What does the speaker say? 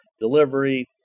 delivery